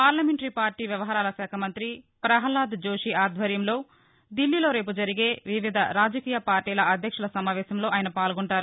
parliamentary party వ్యవహారాల శాఖ మంత్రి ప్రహ్లాద్ జోషి ఆధ్వర్యంలో దిల్లీలో రేపు జరిగే వివిధ రాజకీయ పార్టీల అధ్యక్షుల సమావేశంలో ఆయన పాల్గొంటారు